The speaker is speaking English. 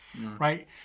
right